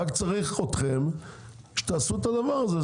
רק צריך אתכם שתעשו את הדבר הזה,